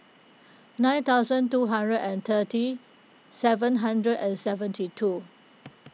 nine thousand two hundred and thirty seven hundred and seventy two